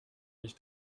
nicht